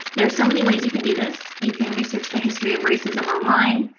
there are so many ways you can do this. you can research the history of racism online.